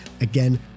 Again